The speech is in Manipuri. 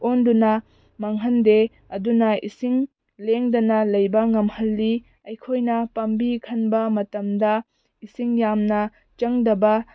ꯑꯣꯟꯗꯨꯅ ꯃꯥꯡꯍꯟꯗꯦ ꯑꯗꯨꯅ ꯏꯁꯤꯡ ꯂꯦꯡꯗꯅ ꯂꯩꯕ ꯉꯝꯍꯜꯂꯤ ꯑꯩꯈꯣꯏꯅ ꯄꯥꯝꯕꯤ ꯈꯟꯕ ꯃꯇꯝꯗ ꯏꯁꯤꯡ ꯌꯥꯝꯅ ꯆꯪꯗꯕ